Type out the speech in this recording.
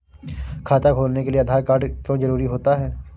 खाता खोलने के लिए आधार कार्ड क्यो जरूरी होता है?